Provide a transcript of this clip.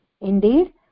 indeed